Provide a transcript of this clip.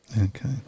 Okay